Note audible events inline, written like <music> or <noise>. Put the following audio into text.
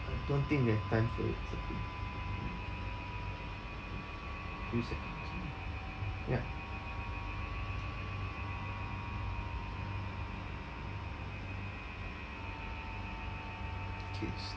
I don't think we have time for it it's okay reset <noise> ya okay stop